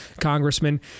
congressman